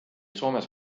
soomes